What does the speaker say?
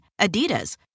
Adidas